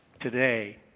today